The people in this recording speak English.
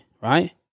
right